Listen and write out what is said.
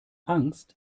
angst